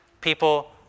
people